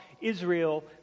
Israel